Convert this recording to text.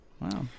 Wow